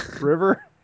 River